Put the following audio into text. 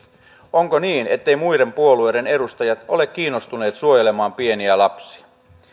onko niin etteivät muiden puolueiden edustajat ole kiinnostuneet suojelemaan pieniä lapsia